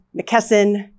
McKesson